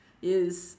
yes